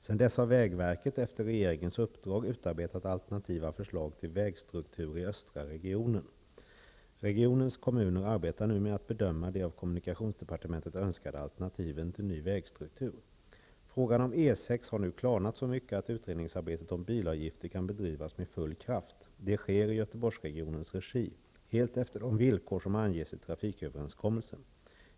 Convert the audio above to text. Sedan dess har Vägverket, efter regeringens uppdrag, utarbetat alternativa förslag till `vägstruktur i östra regionen`. Regionens kommuner arbetar nu med att bedöma de av kommunikationsdepartementet önskade alternativen till ny vägstruktur. Frågan om E 6 har nu klarnat så mycket att utredningsarbetet om bilavgifter kan bedrivas med full kraft. Det sker i GöteborgsRegionens regi, helt efter de villkor som anges i trafiköverenskommelsen.